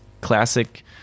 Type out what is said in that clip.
classic